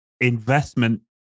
investment